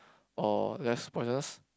or less poisonous